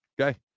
okay